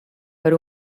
per